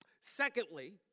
Secondly